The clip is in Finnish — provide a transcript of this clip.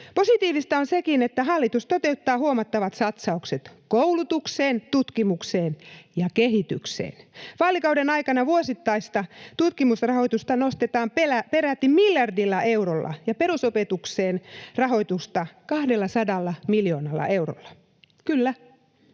Positiivista on sekin, että hallitus toteuttaa huomattavat satsaukset koulutukseen, tutkimukseen ja kehitykseen. Vaalikauden aikana vuosittaista tutkimusrahoitusta nostetaan peräti miljardilla eurolla ja perusopetuksen rahoitusta 200 miljoonalla eurolla. Kyllä,